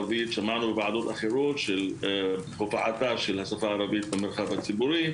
בוועדות אחרות על הופעתה של השפה הערבית במרחב הציבורי